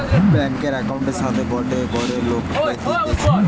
ব্যাংকার একউন্টের সাথে গটে করে লোককে দিতেছে